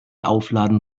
aufladen